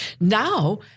Now